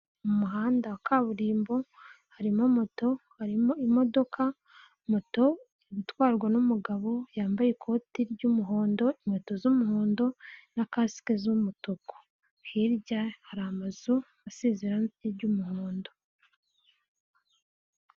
Mu muhanda wa kaburimbo harimo moto, harimo imodoka, moto iri gutwarwa n'umugabo yambaye ikoti ry'umuhondo, inkweto z'umuhondo na kasike z'umutuku, hirya hari amazu aseze irange ry'umuhondo.